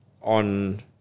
on